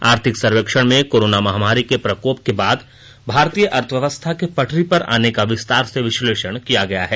आर्थिक सर्वेक्षण में कोरोना महामारी के प्रकोप के बाद भारतीय अर्थव्यवस्था के पटरी पर आने का विस्तार से विश्लेषण किया गया है